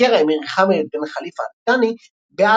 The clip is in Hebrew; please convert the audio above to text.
ביקר האמיר חמד בן ח'ליפה אאל ת'אני בעזה.